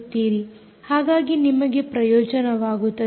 ಹಾಗಾಗಿ ನಿಮಗೆ ಪ್ರಯೋಜನವಾಗುತ್ತದೆ